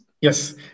Yes